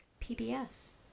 PBS